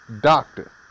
doctor